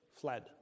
fled